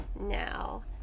Now